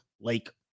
Lake